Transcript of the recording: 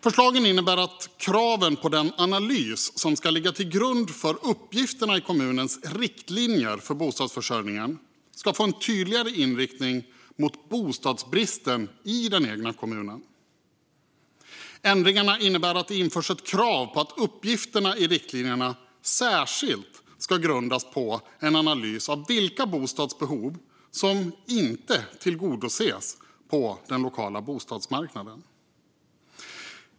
Förslagen innebär att kraven på den analys som ska ligga till grund för uppgifterna i kommunens riktlinjer för bostadsförsörjningen ska få en tydligare inriktning mot bostadsbristen i den egna kommunen. Ändringarna innebär att det införs ett krav på att uppgifterna i riktlinjerna särskilt ska grundas på en analys av vilka bostadsbehov som inte tillgodoses på den lokala bostadsmarknaden.